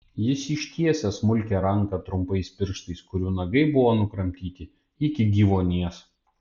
jis ištiesė smulkią ranką trumpais pirštais kurių nagai buvo nukramtyti iki gyvuonies